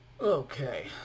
Okay